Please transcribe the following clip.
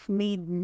made